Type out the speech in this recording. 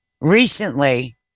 recently